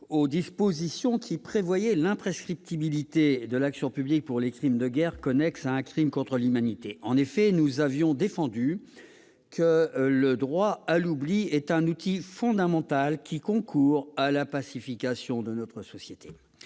aux dispositions établissant l'imprescriptibilité de l'action publique pour les crimes de guerre connexes à un crime contre l'humanité. En effet, selon nous, le droit à l'oubli est un outil fondamental qui concourt à la pacification de notre société.